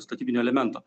statybinio elemento